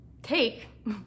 take